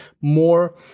more